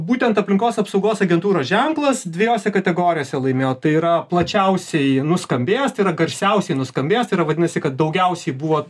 būtent aplinkos apsaugos agentūros ženklas dvejose kategorijose laimėjo tai yra plačiausiai nuskambėjęs tai yra garsiausiai nuskambėjęs tai yra vadinasi kad daugiausiai buvo